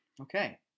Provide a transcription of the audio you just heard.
Okay